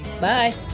Bye